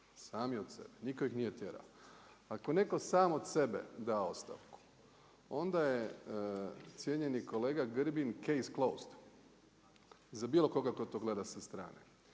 sami od sebe. Nitko ih nije tjerao. Ako netko sam od sebe da ostavku, onda je cijenjeni kolega Grbin „case closed“ za bilo koga tko to gleda sa strane.